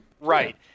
Right